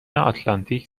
آتلانتیک